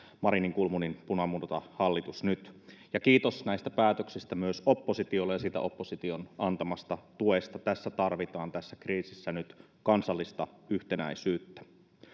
marinin kulmunin punamultahallitus nyt ja kiitos näistä päätöksistä myös oppositiolle ja siitä opposition antamasta tuesta tässä kriisissä tarvitaan nyt kansallista yhtenäisyyttä